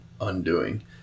undoing